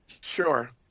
sure